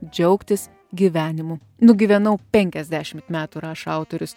džiaugtis gyvenimu nugyvenau penkiasdešimt metų rašo autorius